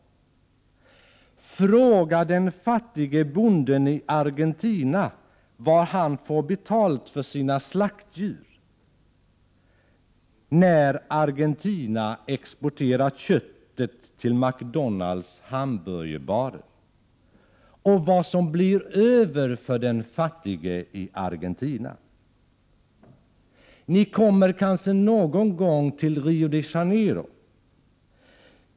Fråga den fattige bonden i Argentina vad han får betalt för sina slaktdjur när Argentina exporterar köttet till McDonald's hamburgerbarer och vad som blir över för den fattige. Ni kommer kanske någon gång till Rio de Janeiro.